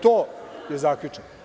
To je zaključak.